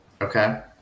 Okay